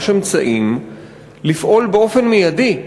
יש אמצעים לפעול באופן מיידי.